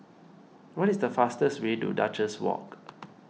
what is the fastest way to Duchess Walk